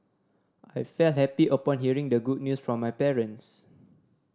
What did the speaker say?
I felt happy upon hearing the good news from my parents